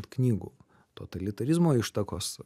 knygų totalitarizmo ištakos